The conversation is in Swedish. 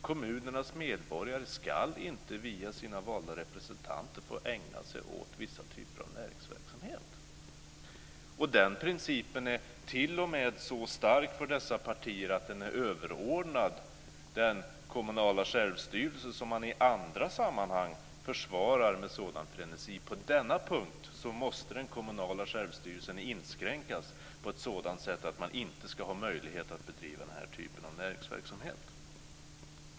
Kommunernas medborgare ska inte via sina valda representanter få ägna sig åt vissa typer av näringsverksamhet. Den principen är t.o.m. så stark för dessa partier att den är överordnad den kommunala självstyrelse som man i andra sammanhang försvarar med sådan frenesi. På denna punkt måste den kommunala självstyrelsen inskränkas på ett sådant sätt att man inte ska ha möjlighet att bedriva den här typen av näringsverksamhet.